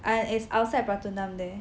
ya it's outside Pratunam there